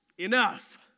enough